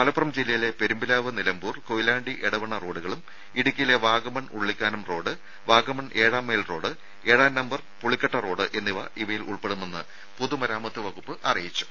മലപ്പുറം ജില്ലയിലെ പെരുംപിലാവ് നിലമ്പൂർ കൊയിലാണ്ടി എടവണ്ണ റോഡുകളും ഇടുക്കിയിലെ വാഗമൺ ഉള്ളിക്കാനം റോഡ് വാഗമൺ ഏഴാംമൈൽ റോഡ് ഏഴാം നമ്പർ പുളിക്കട്ട റോഡ് എന്നിവ ഇവയിൽ ഉൾപ്പെടുമെന്ന് പൊതുമരാമത്ത് വകുപ്പ് അറിയിച്ചു